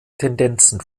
tendenzen